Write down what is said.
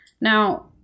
Now